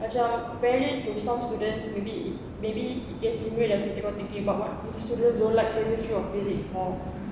macam apparently to some students maybe it maybe it just stimulate their practical thinking but what students don't like chemistry or physics lah